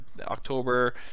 October